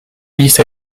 hélice